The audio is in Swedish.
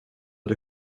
det